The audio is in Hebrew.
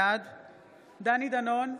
בעד דני דנון,